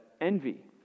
envy